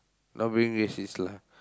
not being racist lah